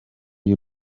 y’u